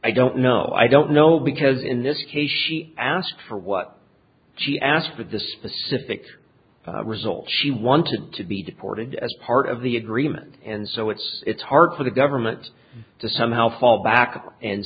i don't know i don't know because in this case she asked for what she asked for the specific result she wanted to be deported as part of the agreement and so it's it's hard for the government to somehow fall back and